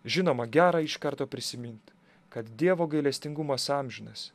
žinoma gera iš karto prisimint kad dievo gailestingumas amžinas